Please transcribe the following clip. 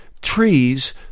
trees